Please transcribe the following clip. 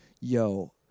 yo